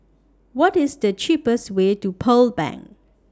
What IS The cheapest Way to Pearl Bank